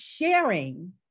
sharing